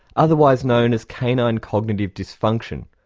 otherwise known as canine cognitive dysfunction.